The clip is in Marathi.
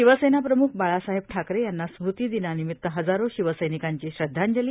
शिवसेना प्रमुख बाळासाहेब ठाकरे यांना स्मृतिदिनानिमित्त हजारो शिवसैनिकांची श्रदांजली